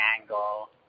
angle